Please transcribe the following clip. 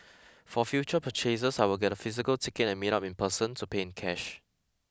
for future purchases I will get a physical ticket and meet up in person to pay in cash